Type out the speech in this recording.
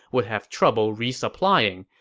would have trouble resupplying.